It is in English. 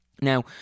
Now